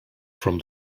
from